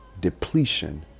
depletion